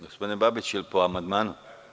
Gospodine Babiću, jel po amandmanu?